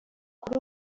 kuri